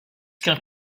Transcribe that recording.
qu’un